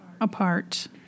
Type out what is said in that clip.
apart